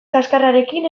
kaxkarrarekin